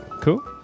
Cool